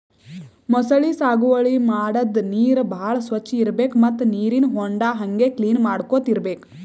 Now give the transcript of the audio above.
ಮೊಸಳಿ ಸಾಗುವಳಿ ಮಾಡದ್ದ್ ನೀರ್ ಭಾಳ್ ಸ್ವಚ್ಚ್ ಇರ್ಬೆಕ್ ಮತ್ತ್ ನೀರಿನ್ ಹೊಂಡಾ ಹಂಗೆ ಕ್ಲೀನ್ ಮಾಡ್ಕೊತ್ ಇರ್ಬೆಕ್